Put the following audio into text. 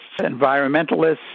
environmentalists